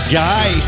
guy